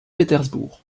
pétersbourg